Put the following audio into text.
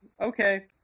okay